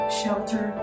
shelter